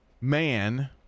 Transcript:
man